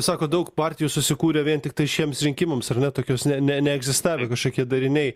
sakot daug partijų susikūrė vien tiktai šiems rinkimams ar ne tokios ne ne neegzistavę kažkokie dariniai